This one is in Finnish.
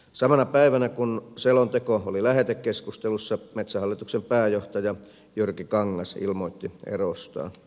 samana päivänä kun selonteko oli lähetekeskustelussa metsähallituksen pääjohtaja jyrki kangas ilmoitti erostaan